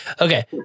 Okay